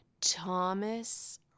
Thomas